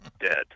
Dead